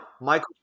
Michael